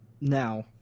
Now